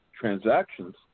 transactions